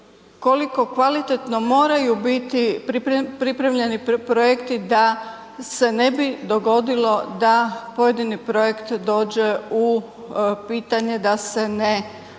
projekti moraju biti pripremljeni projekti da se ne bi dogodilo da pojedini projekt dođe u pitanje da se ne izvrši